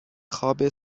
خواب